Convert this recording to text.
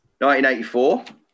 1984